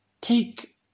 take